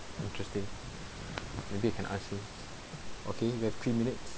interesting maybe you can ask him okay we have three minutes